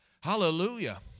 Hallelujah